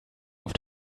auf